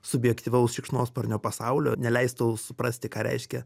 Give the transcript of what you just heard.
subjektyvaus šikšnosparnio pasaulio neleis tau suprasti ką reiškia